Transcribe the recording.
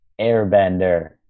Airbender